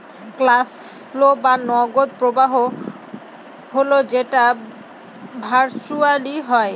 cash flow বা নগদ প্রবাহ হল যেটা ভার্চুয়ালি হয়